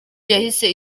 yahise